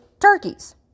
turkeys